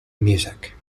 music